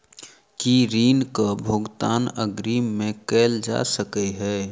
की ऋण कऽ भुगतान अग्रिम मे कैल जा सकै हय?